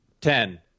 Ten